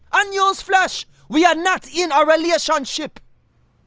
and newsflash we are not in a relationship.